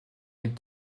les